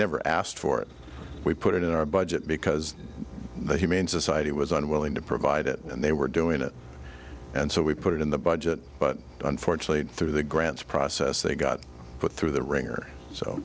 never asked for it we put it in our budget because the humane society was unwilling to provide it and they were doing it and so we put it in the budget but unfortunately through the grants process they got put through the ringer so